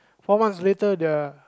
four months later they're